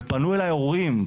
ופנו אליי הורים,